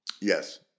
yes